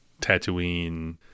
Tatooine